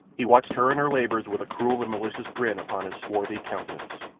he watched her and her labours with a cruel and malicious grin upon his swarthy countenance.